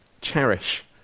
cherish